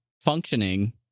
functioning